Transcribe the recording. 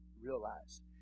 realize